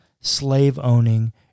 slave-owning